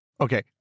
Okay